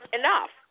enough